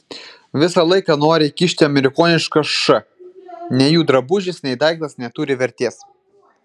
visą laiką nori įkišti amerikonišką š nei jų drabužis nei daiktas neturi vertės